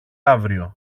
αύριο